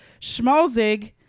Schmalzig